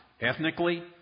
ethnically